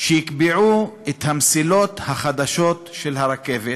שיקבעו את המסילות החדשות של הרכבת,